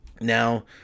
Now